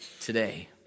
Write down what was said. today